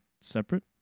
separate